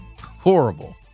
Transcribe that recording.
horrible